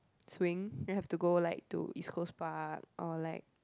swing you have to go like to East-Coast-Park or like